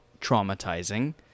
traumatizing